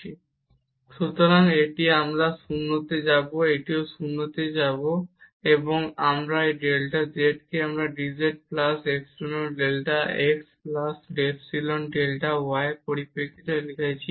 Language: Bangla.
⟹ Δ zdz ϵ 1 Δ xϵ 2 Δ y ⟹Differentiability of f সুতরাং এটি আমরা 0 তে যাব এটিও 0 তে যাবে এবং আমরা এই ডেল্টা z কে এই dz plus epsilon delta x plus epsilon delta y এর পরিপ্রেক্ষিতে লিখেছি